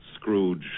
scrooge